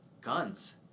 guns